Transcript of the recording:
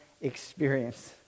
experience